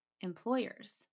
employers